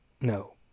no